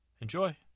enjoy